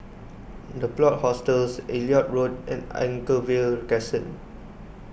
the Plot Hostels Elliot Road and Anchorvale Crescent